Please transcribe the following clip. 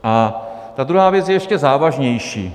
A ta druhá věc je ještě závažnější.